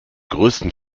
größten